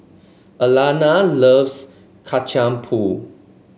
Ayana loves Kacang Pool